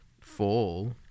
fall